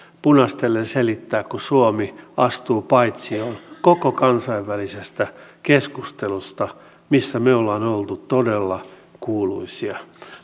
punastellen selittää kun suomi astuu paitsioon koko kansainvälisestä keskustelusta missä me olemme olleet todella kuuluisia